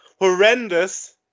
horrendous